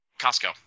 Costco